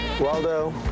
Waldo